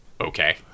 Okay